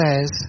says